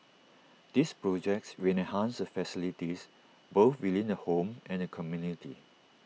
these projects will enhance the facilities both within the home and the community